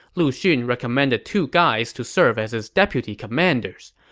lu xun recommended two guys to serve as his deputy commanders.